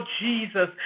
Jesus